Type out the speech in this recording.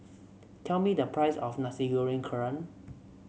tell me the price of Nasi Goreng Kerang